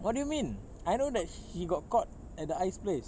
what do you mean I know that she got caught at the ice place